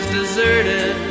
deserted